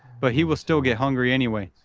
but he will still get hungry anyway.